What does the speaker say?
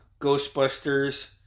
Ghostbusters